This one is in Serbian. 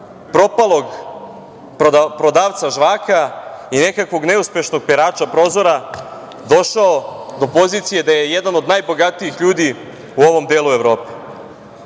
propalog prodavca žvaka i nekakvog neuspešnog perača prozora došao do pozicije da je jedan od najbogatijih ljudi u ovom delu Evrope?